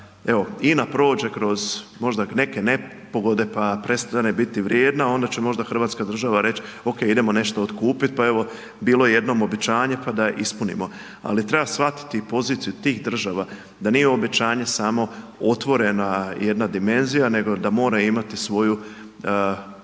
INA prođe kroz neke nepogode pa prestane biti vrijedna, onda će možda hrvatska država reći okej, idemo nešto otkupiti, pa evo, bilo jednom obećanje pa da ispunimo. Ali treba shvatiti poziciju tih država, da nije obećanje samo otvorena jedna dimenzija nego da mora imati svoj